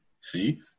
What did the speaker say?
See